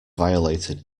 violated